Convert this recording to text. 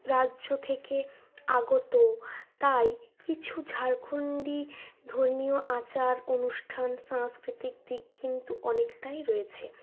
রাজ্য থেকে আগত তাই কিছু ঝাড়খন্ডী ধর্মীয় আচার অনুষ্ঠান সাংস্কৃতিক দিক কিন্তু অনেকটাই রয়েছে